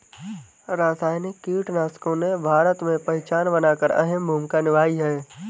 रासायनिक कीटनाशकों ने भारत में पहचान बनाकर अहम भूमिका निभाई है